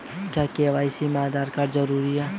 क्या के.वाई.सी में आधार कार्ड जरूरी है?